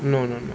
no no no